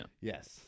Yes